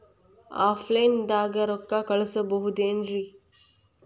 Offline ದಾಗ ರೊಕ್ಕ ಕಳಸಬಹುದೇನ್ರಿ?